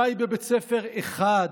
די בבית ספר אחד,